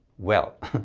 well,